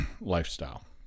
lifestyle